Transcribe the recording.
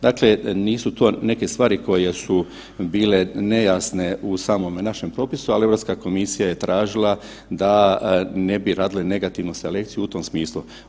Dakle, nisu to neke stvari koje su bile nejasne u samome našem propisu, ali Europska komisija je tražila da ne bi radili negativnu selekciju u tom smislu.